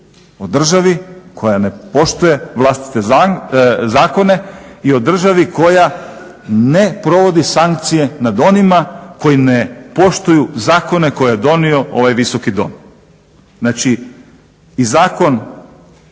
O državi koja ne poštuje vlastite zakone i o državi koja ne provodi sankcije nad onima koji ne poštuju zakone koje je donio ovaj Visoki dom. Znači i Zakon